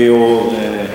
כי הוא,